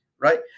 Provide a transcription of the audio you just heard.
right